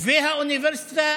והאוניברסיטה